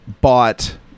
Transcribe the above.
bought